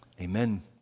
Amen